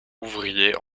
ouvrier